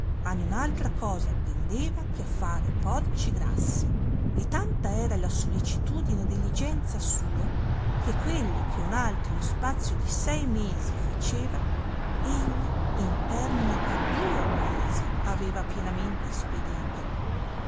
a niun altra cosa attendeva che a far e porci grassi e tanta era la sollecitudine e diligenza sua che quello che un altro in spazio di sei mesi faceva egli in termine di duo mesi aveva pienamente ispedito